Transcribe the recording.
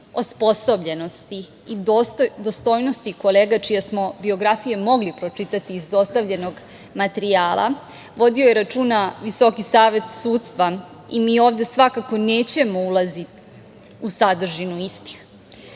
osposobljenosti i dostojnosti kolega čije smo biografije mogli pročitati iz dostavljenog materijala, vodio je računa VSS i mi ovde svakako nećemo ulaziti u sadržinu istih. Treba